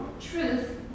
truth